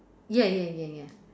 ya ya ya ya